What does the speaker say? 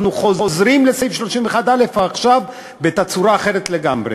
אנחנו חוזרים לסעיף 31(א) עכשיו בתצורה אחרת לגמרי.